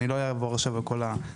אני לא אעבור עכשיו על כל הדברים.